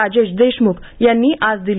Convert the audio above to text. राजेश देशमुख यांनी आज दिली